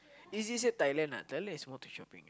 easy say Thailand lah Thailand is more to shopping ah